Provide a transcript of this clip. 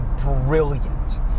brilliant